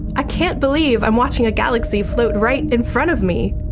i can't believe i'm watching a galaxy float right in front of me.